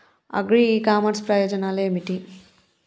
Agri e commerce ప్రయోజనాలు ఏమిటి?